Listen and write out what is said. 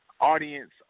audience